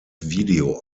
video